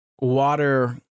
water